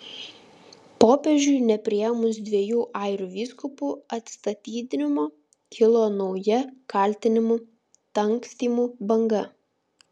popiežiui nepriėmus dviejų airių vyskupų atsistatydinimo kilo nauja kaltinimų dangstymu banga